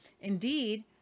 Indeed